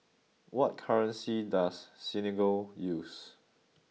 what currency does Senegal use